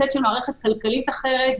בסט של מערכת כלכלית אחרת,